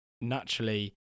naturally